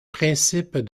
principes